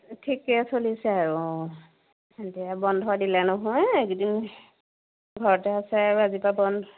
ঠিকে চলিছে আৰু অঁ এতিয়া বন্ধ দিলে নহয় এইদিন ঘৰতে আছে আৰু আজিৰ পৰা বন্ধ